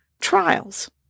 trials